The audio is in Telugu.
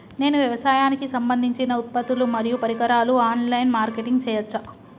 నేను వ్యవసాయానికి సంబంధించిన ఉత్పత్తులు మరియు పరికరాలు ఆన్ లైన్ మార్కెటింగ్ చేయచ్చా?